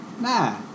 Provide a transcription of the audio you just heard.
Nah